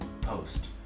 Post